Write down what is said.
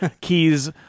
keys